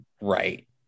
right